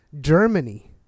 Germany